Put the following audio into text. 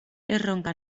erronka